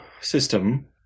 system